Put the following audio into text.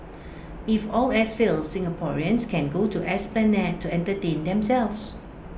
if all else fails Singaporeans can go to esplanade to entertain themselves